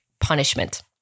punishment